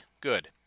Good